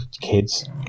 kids